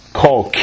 called